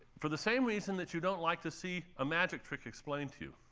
for the same reason that you don't like to see a magic trick explained to you.